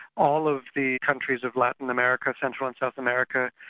all of the countries of latin america, central and south america,